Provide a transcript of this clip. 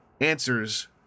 answers